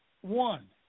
one